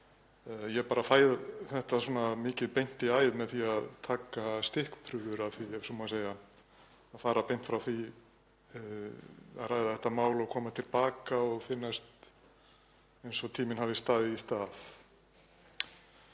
Ég bara fæ þetta svona mikið beint í æð með því að taka stikkprufur, ef svo má segja, af því að fara beint frá því að ræða þetta mál og koma til baka og finnast eins og tíminn hafi staðið í stað.